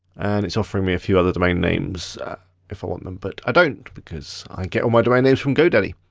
and it's offering me a few other domain names if i want them, but i don't. because i get all my domain names from godaddy.